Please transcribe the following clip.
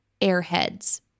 airheads